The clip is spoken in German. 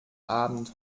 abend